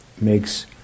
makes